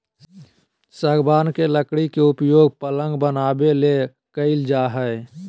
सागवान के लकड़ी के उपयोग पलंग बनाबे ले कईल जा हइ